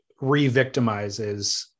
re-victimizes